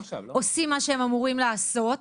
מד"א עושים מה שהם אמורים לעשות,